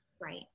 right